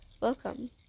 welcome